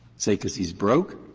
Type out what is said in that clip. say because he's broke,